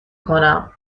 کنم